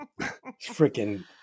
Freaking